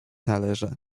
należy